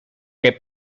que